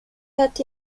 had